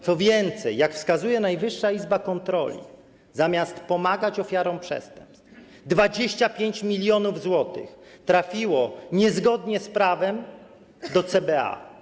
Co więcej, jak wskazuje Najwyższa Izba Kontroli, zamiast na pomoc ofiarom przestępstw 25 mln zł trafiło niezgodnie z prawem do CBA.